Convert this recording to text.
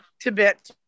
Tibet